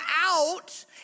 out